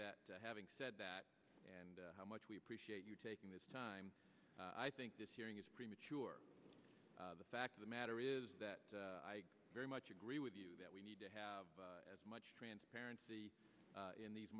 that having said that and how much we appreciate you taking this time i think this hearing is premature the fact of the matter is that i very much agree with you that we need to have as much transparency in these